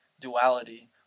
duality